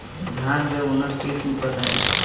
धान के उन्नत किस्म बताई?